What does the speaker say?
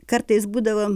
kartais būdavo